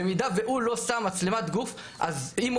במידה שהוא לא שם מצלמת גוף אז אם הוא